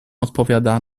odpowiada